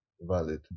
valid